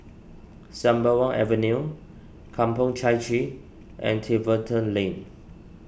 Sembawang Avenue Kampong Chai Chee and Tiverton Lane